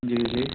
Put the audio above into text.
جی جی